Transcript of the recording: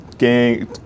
gang